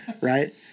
right